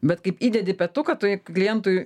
bet kaip įdedi petuką tai klientui